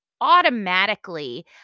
automatically